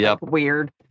weird